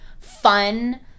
fun